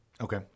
Okay